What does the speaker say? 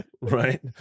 Right